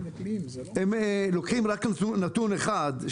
הם לוקחים רק נתון אחד,